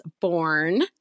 born